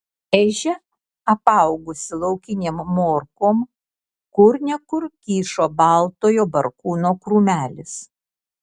ežia apaugusi laukinėm morkom kur ne kur kyšo baltojo barkūno krūmelis